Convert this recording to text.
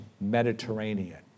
Mediterranean